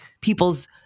people's